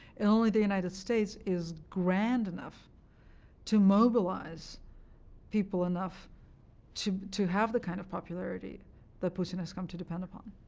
and only the united states is grand enough to mobilize people enough to to have the kind of popularity that putin has come to depend upon,